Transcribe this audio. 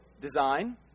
design